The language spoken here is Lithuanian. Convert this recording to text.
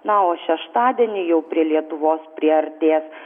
na o šeštadienį jau prie lietuvos priartės